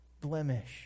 blemish